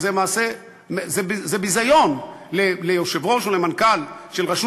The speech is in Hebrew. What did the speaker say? וזה ביזיון ליושב-ראש או למנכ"ל של רשות